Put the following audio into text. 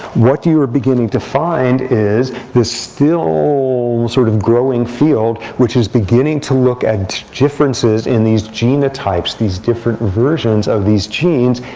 what you are beginning to find is this still sort of growing field which is beginning to look at differences in these genotypes, these different versions of these genes,